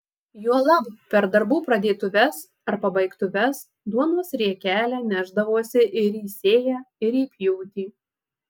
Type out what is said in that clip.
juolab per darbų pradėtuves ar pabaigtuves duonos riekelę nešdavosi ir į sėją ir į pjūtį